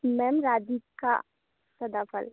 ma'am Radhika Sadafal